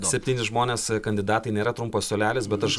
septyni žmonės kandidatai nėra trumpas suolelis bet aš